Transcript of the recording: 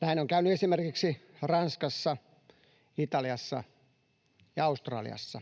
Näin on käynyt esimerkiksi Ranskassa, Italiassa ja Australiassa.